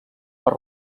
per